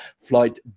Flight